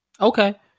Okay